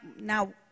now